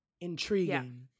intriguing